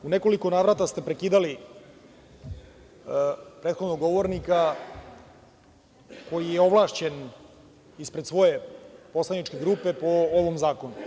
U nekoliko navrata ste prekidali prethodnog govornika, koji je ovlašćen ispred svoje poslaničke grupe po ovom zakonu.